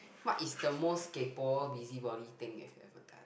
what is the most kaypoh busybody thing you have ever done